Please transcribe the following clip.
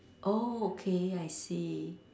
oh okay I see